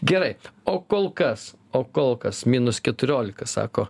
gerai o kol kas o kol kas minus keturiolika sako